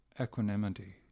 equanimity